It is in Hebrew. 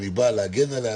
לבוא ולהגן עליה,